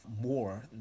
more